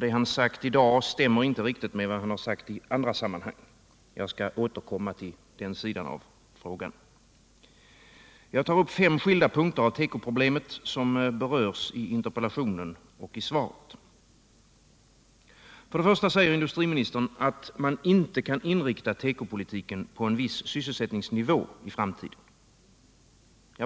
Det han sagt i dag stämmer inte med vad han sagt i andra sammanhang. Jag skall återkomma till den sidan av frågan. Jag tar upp fem skilda punkter av tekoproblemet, som berörs i interpellationen och i svaret. Först och främst säger industriministern att man inte kan inrikta tekopolitiken på en viss sysselsättningsnivå i framtiden.